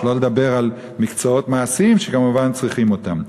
שלא לדבר על מקצועות מעשיים שכמובן צריכים אותם.